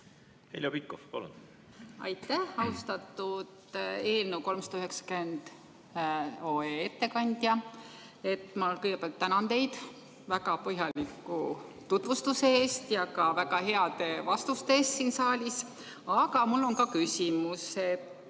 Heljo Pikhof, palun! Aitäh! Austatud eelnõu 390 ettekandja! Ma kõigepealt tänan teid väga põhjaliku tutvustuse eest ja ka väga heade vastuste eest siin saalis, aga mul on ka küsimus.